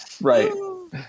Right